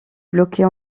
bloquée